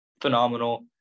phenomenal